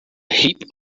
heap